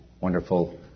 wonderful